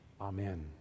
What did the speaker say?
Amen